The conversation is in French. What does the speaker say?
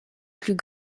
plus